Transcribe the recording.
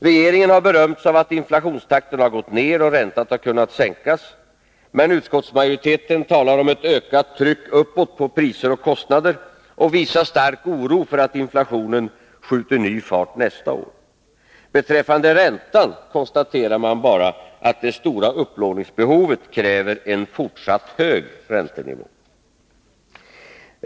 Regeringen har berömt sig av att inflationstakten har gått ner och räntan kunnat sänkas. Men utskottsmajoriteten talar om ett ökat tryck uppåt på priser och kostnader och visar stark oro för att inflationen skjuter ny fart nästa år. Beträffande räntan konstaterar man bara att det stora upplåningsbehovet kräver en fortsatt hög räntenivå.